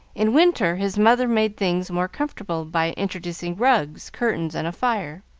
in winter his mother made things more comfortable by introducing rugs, curtains, and a fire.